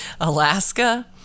alaska